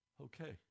okay